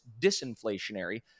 disinflationary